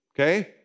Okay